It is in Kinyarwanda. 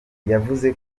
yavuze